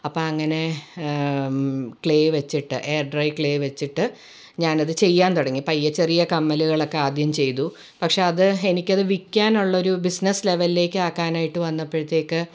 അപ്പം അങ്ങനെ ക്ലേ വെച്ചിട്ട് എയർഡ്രൈ ക്ലേ വെച്ചിട്ട് ഞാനത് പയ്യെ ചെയ്യാൻ തുടങ്ങി പയ്യെ ചെറിയ കമ്മലുകളൊക്കെ ആദ്യം ചെയ്തു പക്ഷെ അത് എനിക്കത് വിൽക്കാനുള്ളൊരു ബിസിനസ് ലെവലിലേക്കു ആക്കാനായിട്ട് വന്നപ്പോഴത്തേക്ക്